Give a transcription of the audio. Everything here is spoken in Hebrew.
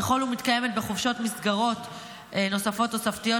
ככל שמתקיימות בחופשות מסגרות נוספות תוספתיות,